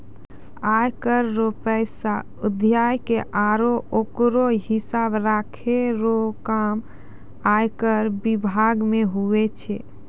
आय कर रो पैसा उघाय के आरो ओकरो हिसाब राखै रो काम आयकर बिभाग मे हुवै छै